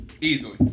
Easily